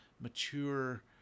mature